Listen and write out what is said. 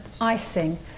icing